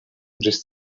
ĝis